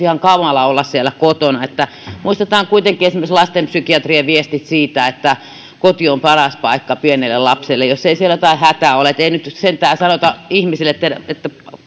ihan kamalaa olla siellä kotona muistetaan kuitenkin esimerkiksi lastenpsykiatrien viestit siitä että koti on paras paikka pienelle lapselle jos ei siellä jotain hätää ole ei nyt sentään sanota ihmisille että